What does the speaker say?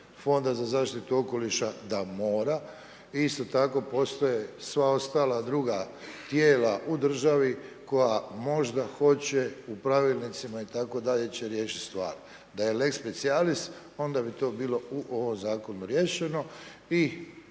fonda za zaštitu okoliša, da mora, isto tako postoje i sva ostala druga tijela u državi, koja možda hoće u pravilnicima itd. će riješiti stvari. Da je lex specijalist, onda bi to bilo u ovome zakonu riješeno.